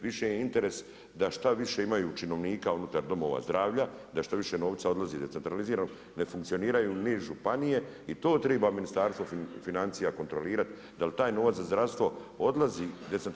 Više je interes da šta više imaju činovnika unutar domova zdravlja, da što više novca odlazi decentralizirano, ne funkcioniraju ni županije i to treba Ministarstvo financija kontrolirati, da li taj novac za zdravstvo odlazi … u zdravstvo.